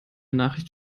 nachricht